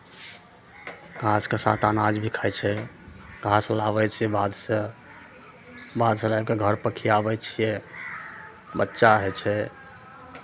घासके साथ अनाज भी खाइ छै घास लाबै छै बाधसँ बाधसँ लए कऽ घरपर खियाबै छियै बच्चा होइ छै